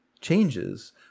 changes